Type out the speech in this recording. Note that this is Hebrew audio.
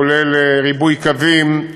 כולל ריבוי קווים.